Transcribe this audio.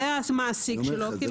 זה המעסיק שלו.